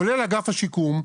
כולל אגף השיקום,